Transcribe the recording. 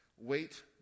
Wait